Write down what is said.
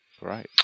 Right